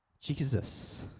Jesus